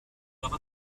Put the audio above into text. leur